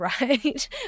right